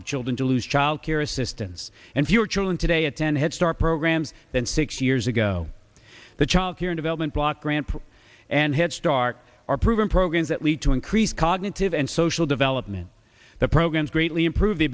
of children to lose child care assistance and fewer children today attend head start programs than six years ago the child here in development block grant and headstart are proven programs that lead to increased cognitive and social development the programs greatly improve the